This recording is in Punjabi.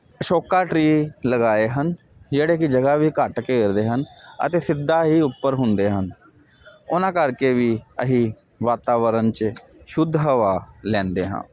ਛੋਕਾ ਟਰੀ ਲਗਾਏ ਹਨ ਜਿਹੜੇ ਕਿ ਜਗ੍ਹਾ ਵੀ ਘੱਟ ਘੇਰਦੇ ਹਨ ਅਤੇ ਸਿੱਧਾ ਹੀ ਉੱਪਰ ਹੁੰਦੇ ਹਨ ਉਹਨਾਂ ਕਰਕੇ ਵੀ ਅਸੀਂ ਵਾਤਾਵਰਨ ਚ ਸ਼ੁੱਧ ਹਵਾ ਲੈਂਦੇ ਹਾਂ